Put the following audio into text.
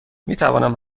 میتوانم